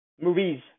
movies